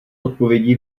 odpovědi